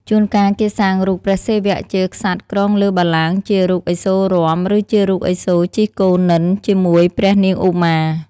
ជួនកាលគេសាងរូបព្រះសិវៈ ជាក្សត្រគ្រងលើបល្គ័ង្កជារូបឥសូររាំ ឬជារូបឥសូរេជិះគោនន្ទិជាមួយព្រះនាងឧមា។